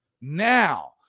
Now